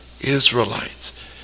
Israelites